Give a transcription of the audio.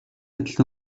адил